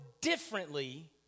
differently